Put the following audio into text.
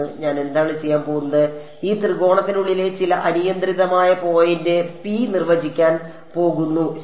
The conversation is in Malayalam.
ഞാൻ എന്താണ് ചെയ്യാൻ പോകുന്നത് ഈ ത്രികോണത്തിനുള്ളിലെ ചില അനിയന്ത്രിതമായ പോയിന്റ് p നിർവചിക്കാൻ പോകുന്നു ശരി